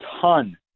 ton